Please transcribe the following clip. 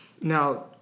Now